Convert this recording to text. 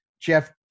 Jeff